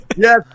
Yes